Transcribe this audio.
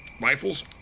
rifles